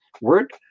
word